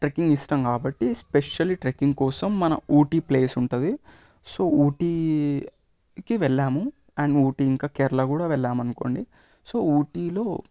trekking ఇష్టం కాబట్టి especially trekking కోసం మన ఊటీ ప్లేస్ ఉంటుంది సో ఊటీకి వెళ్ళాము అండ్ ఊటీ ఇంకా కేరళ కూడ వెళ్ళాము అనుకోండి సో ఊటీలో